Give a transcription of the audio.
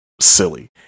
silly